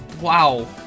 Wow